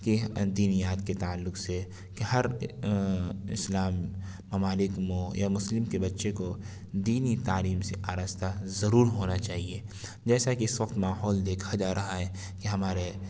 کہ دینیات کے تعلق سے کہ ہر اسلام ہماری اک مو یا مسلم کے بچے کو دینی تعلیم سے آراستہ ضرور ہونا چاہیے جیسا کہ اس وقت ماحول دیکھا جا رہا ہے کہ ہمارے